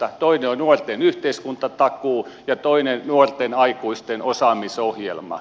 toinen on nuorten yhteiskuntatakuu ja toinen nuorten aikuisten osaamisohjelma